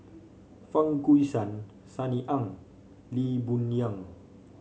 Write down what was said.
Fang Guixiang Sunny Ang Lee Boon Yang